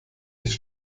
nicht